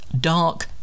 dark